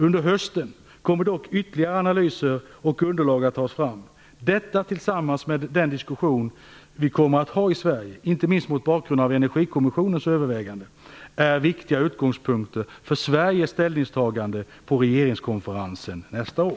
Under hösten kommer dock ytterligare analyser och underlag att tas fram. Detta tillsammans med den diskussion vi kommer att ha i Sverige, inte minst mot bakgrund av Energikommissionens överväganden, är viktiga utgångspunkter för Sveriges ställningstagande på regeringskonferensen nästa år.